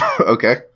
Okay